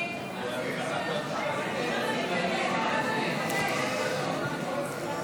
להעביר לוועדה את הצעת חוק לתיקון פקודת